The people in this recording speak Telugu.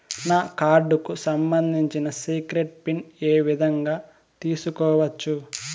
నా కార్డుకు సంబంధించిన సీక్రెట్ పిన్ ఏ విధంగా తీసుకోవచ్చు?